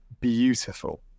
beautiful